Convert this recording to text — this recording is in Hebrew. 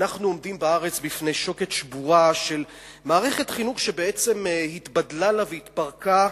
אנחנו עומדים בארץ בפני שוקת שבורה של מערכת חינוך שהתבדלה לה והתפרקה,